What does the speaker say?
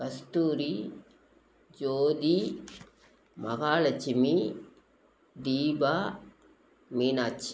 Kasthuri Jyothi Mahalakshmi Deepa Meenakshi